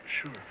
Sure